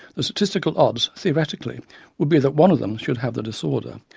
the statistical odds theoretically would be that one of them should have the disorder,